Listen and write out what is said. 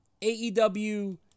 AEW